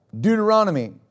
Deuteronomy